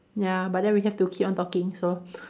ya but then we have to keep on talking so